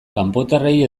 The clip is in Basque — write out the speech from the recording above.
kanpotarrei